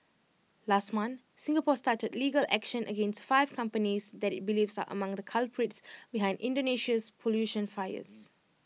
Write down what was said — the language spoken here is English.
last month Singapore started legal action against five companies that IT believes are among the culprits behind Indonesia's pollution fires